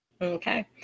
Okay